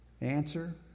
Answer